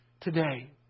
today